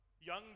Young